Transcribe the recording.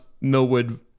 Millwood